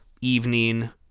evening